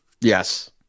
Yes